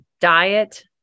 diet